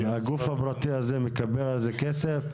הגוף הפרטי הזה מקבל על זה כסף?